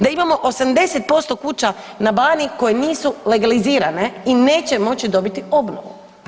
Da imamo 80% kuća na Baniji koje nisu legalizirane i neće moći dobiti obnovu.